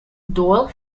doyle